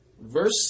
Verse